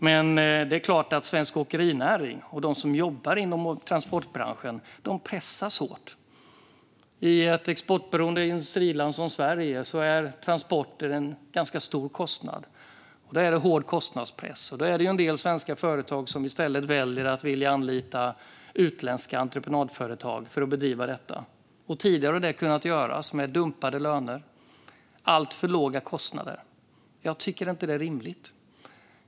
Men det är klart att svensk åkerinäring och de som jobbar inom transportbranschen pressas hårt. I ett exportberoende industriland som Sverige är transporter en ganska stor kostnad, och det finns en hård kostnadspress. Det är en del svenska företag som i stället väljer att anlita utländska entreprenadföretag för att bedriva detta. Tidigare har det kunnat göras genom dumpade löner och alltför låga kostnader. Jag tycker inte att det är rimligt.